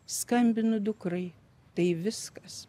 skambinu dukrai tai viskas